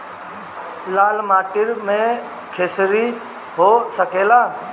लाल माटी मे खेसारी हो सकेला?